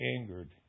angered